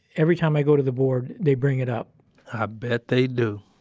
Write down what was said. every time i go to the board, they bring it up i bet they do.